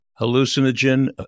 hallucinogen